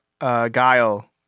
guile